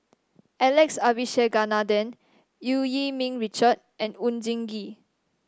Alex Abisheganaden Eu Yee Ming Richard and Oon Jin Gee